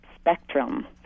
spectrum